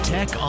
Tech